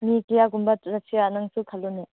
ꯃꯤ ꯀꯌꯥꯒꯨꯝꯕ ꯆꯠꯁꯤꯔꯥ ꯅꯪꯁꯨ ꯈꯜꯂꯣꯅꯦ